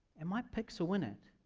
and my pixel in it.